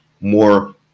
more